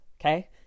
okay